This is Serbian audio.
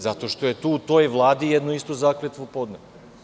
Zato što je tu u toj Vladi jednu istu zakletvu podneo.